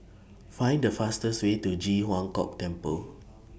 Find The fastest Way to Ji Huang Kok Temple